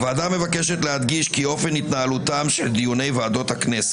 עד אז